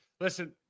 listen